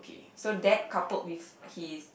so that coupled with his